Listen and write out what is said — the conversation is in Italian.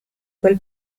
quel